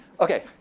Okay